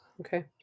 Okay